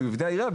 למבנה העירייה,